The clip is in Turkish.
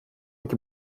iki